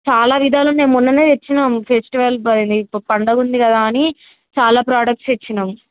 చాలా విధాలు మేము మోన్ననే తెచ్చినాం ఫెస్టివల్ ఇప్పు పండగంది కదా అని చాలా ప్రోడక్ట్స్ తెచ్చినాం